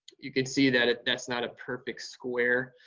you can see that that's not a perfect square.